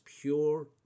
pure